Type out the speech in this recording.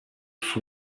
for